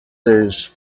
days